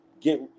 get